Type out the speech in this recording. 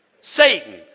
Satan